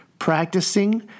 Practicing